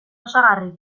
osagarri